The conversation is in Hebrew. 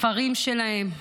והספרים שלהם,